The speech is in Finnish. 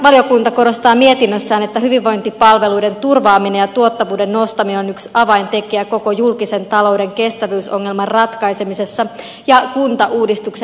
valtiovarainvaliokunta korostaa mietinnössään että hyvinvointipalveluiden turvaaminen ja tuottavuuden nostaminen on yksi avaintekijä koko julkisen talouden kestävyysongelman ratkaisemisessa ja kuntauudistuksen läpiviemisessä